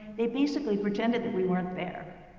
they basically pretended that we weren't there.